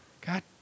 God